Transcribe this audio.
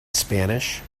spanish